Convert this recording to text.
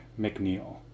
McNeil